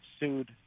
sued